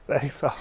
Thanks